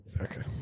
Okay